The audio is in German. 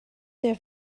der